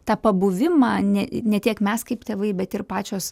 tą pabuvimą ne ne tiek mes kaip tėvai bet ir pačios